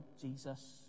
Jesus